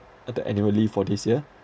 add the annual leave for this year